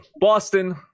Boston